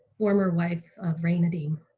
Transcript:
former wife of ray nadeem.